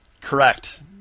Correct